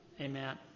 Amen